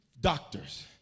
doctors